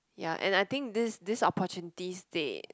ya and I think this this opportunity they